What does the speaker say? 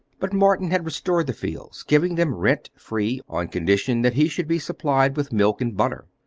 but morton had restored the fields, giving them rent free, on condition that he should be supplied with milk and butter.